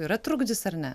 yra trukdis ar ne